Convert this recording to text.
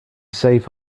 save